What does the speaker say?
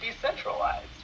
decentralized